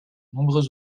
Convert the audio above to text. nombreux